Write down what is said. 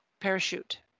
parachute